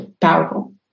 powerful